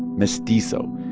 mestizo,